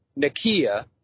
Nakia